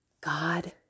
God